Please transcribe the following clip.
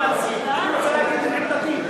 אני רוצה להגיד את עמדתי.